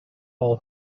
all